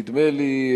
נדמה לי,